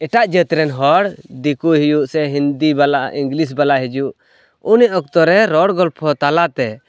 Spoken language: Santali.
ᱮᱴᱟᱜ ᱡᱟᱹᱛ ᱨᱮᱱ ᱦᱚᱲ ᱫᱤᱠᱩᱭ ᱦᱩᱭᱩᱜ ᱥᱮ ᱦᱤᱱᱫᱤ ᱵᱟᱞᱟ ᱤᱝᱞᱤᱥ ᱵᱟᱞᱟᱭ ᱦᱤᱡᱩᱜ ᱚᱱᱟ ᱚᱠᱛᱚᱨᱮ ᱨᱚᱲ ᱜᱚᱞᱯᱷᱚ ᱛᱟᱞᱟᱛᱮ